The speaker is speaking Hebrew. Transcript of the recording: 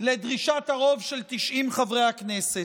לדרישת הרוב של 90 חברי הכנסת,